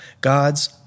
God's